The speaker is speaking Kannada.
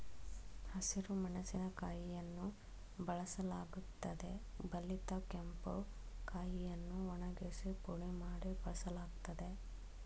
ಹಸಿರು ಮೆಣಸಿನಕಾಯಿಯನ್ನು ಬಳಸಲಾಗುತ್ತದೆ ಬಲಿತ ಕೆಂಪು ಕಾಯಿಯನ್ನು ಒಣಗಿಸಿ ಪುಡಿ ಮಾಡಿ ಬಳಸಲಾಗ್ತದೆ